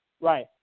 Right